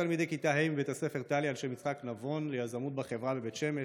תלמידי כיתה ה' מבית הספר תל"י על שם יצחק נבון ליזמות בחברה בבית שמש,